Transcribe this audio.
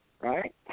right